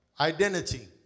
Identity